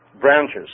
branches